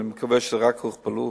אני מקווה שרק הוכפלו,